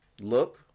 Look